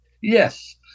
Yes